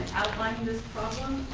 outlining this problem.